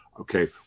okay